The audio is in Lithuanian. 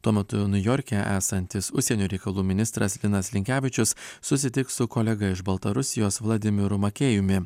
tuo metu niujorke esantis užsienio reikalų ministras linas linkevičius susitiks su kolega iš baltarusijos vladimiru makėjumi